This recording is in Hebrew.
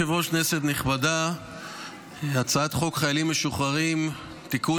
וטור פז מציעים לתקן את חוק החיילים המשוחררים (חזרה לעבודה),